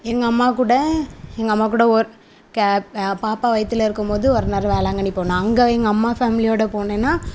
எங்கள் அம்மாக்கூட எங்கள் அம்மாக்கூட ஒரு க பாப்பா வயித்தில் இருக்கும் போது ஒரு தடவ வேளாங்கண்ணி போனோம் அங்கே எங்கள் அம்மா ஃபேமிலியோடய போனேன்னா